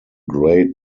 great